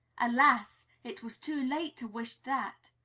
alas! it was too late to wish that!